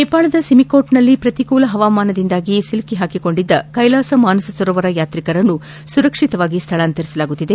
ನೇಪಾಳದ ಸಿಮಿಕೋಟ್ನಲ್ಲಿ ಪ್ರತಿಕೂಲ ಹವಾಮಾನದಿಂದಾಗಿ ಸಿಲುಕಿಕೊಂಡಿದ್ದ ಕ್ಯೆಲಾಸ ಮಾನಸ ಸರೋವರ ಯಾತ್ರಿಕರನ್ನು ಸುರಕ್ಷಿತವಾಗಿ ಸ್ಥಳಾಂತರಿಸಲಾಗುತ್ತಿದೆ